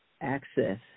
access